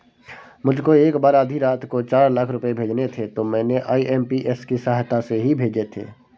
मुझको एक बार आधी रात को चार लाख रुपए भेजने थे तो मैंने आई.एम.पी.एस की सहायता से ही भेजे थे